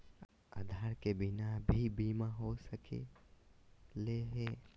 आधार के बिना भी बीमा हो सकले है?